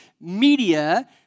media